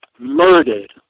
Murdered